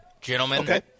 Gentlemen